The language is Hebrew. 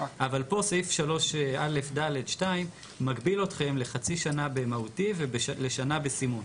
אבל פה סעיף 3א(ד)(2) מגביל אתכם לחצי שנה במהותי ולשנה בסימון.